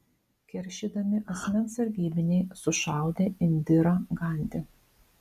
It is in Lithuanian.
keršydami asmens sargybiniai sušaudė indirą gandi